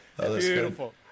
Beautiful